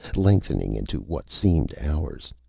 lengthening into what seemed hours.